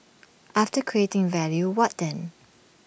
after creating value what then